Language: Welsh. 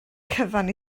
cyfan